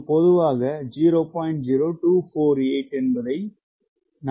0248 என்பதை சரிபார்க்கிறேன்